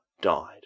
died